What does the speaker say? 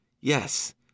yes